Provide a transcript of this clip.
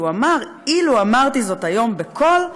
כי הוא אמר: אילו אמרתי זאת היום בקול,